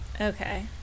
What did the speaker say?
okay